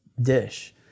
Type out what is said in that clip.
dish